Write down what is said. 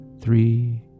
three